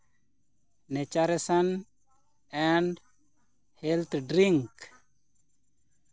ᱱᱮᱪᱟᱨᱮᱥᱮᱱ and health drink